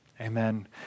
Amen